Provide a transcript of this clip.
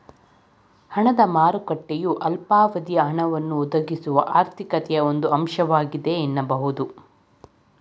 ಹಣದ ಮಾರುಕಟ್ಟೆಯು ಅಲ್ಪಾವಧಿಯ ಹಣವನ್ನ ಒದಗಿಸುವ ಆರ್ಥಿಕತೆಯ ಒಂದು ಅಂಶವಾಗಿದೆ ಎನ್ನಬಹುದು